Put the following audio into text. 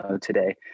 today